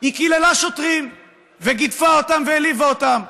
היא קיללה שוטרים וגידפה אותם והעליבה אותם,